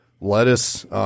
lettuce –